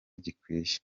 gikwiye